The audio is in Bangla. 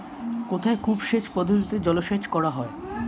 কোথায় কূপ সেচ পদ্ধতিতে জলসেচ করা হয়?